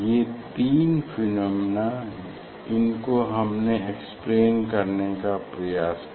ये तीन फिनोमेना इनको हमने एक्सप्लेन करने का प्रयास किया